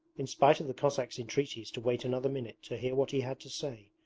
in spite of the cossack's entreaties to wait another minute to hear what he had to say,